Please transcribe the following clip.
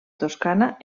toscana